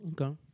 Okay